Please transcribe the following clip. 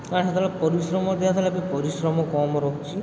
କାରଣ ସେତେବେଳେ ପରିଶ୍ରମ ଅଧିକା ଥିଲା ଏବେ ପରିଶ୍ରମ କମ୍ ରହୁଛି